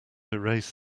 erase